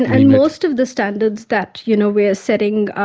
and and most of the standards that you know we are setting,